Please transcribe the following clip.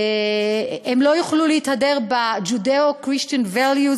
הם לא יוכלו להתהדר ב-Judeo-Christian values,